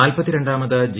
നാൽപത്തി രണ്ടാമത് ജി